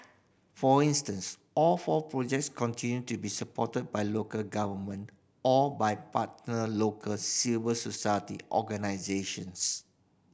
for instance all four projects continue to be supported by local governmented or by partner local civil society organisations